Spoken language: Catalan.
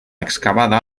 excavada